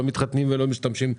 לא מתחתנים ולא משתמשים.